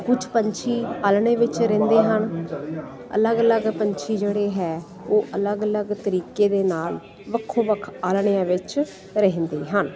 ਕੁਝ ਪੰਛੀ ਆਲਣੇ ਵਿੱਚ ਰਹਿੰਦੇ ਹਨ ਅਲੱਗ ਅਲੱਗ ਪੰਛੀ ਜਿਹੜੇ ਹੈ ਉਹ ਅਲੱਗ ਅਲੱਗ ਤਰੀਕੇ ਦੇ ਨਾਲ ਵੱਖੋ ਵੱਖ ਆਲਣਿਆਂ ਵਿੱਚ ਰਹਿੰਦੇ ਹਨ